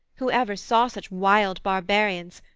who ever saw such wild barbarians?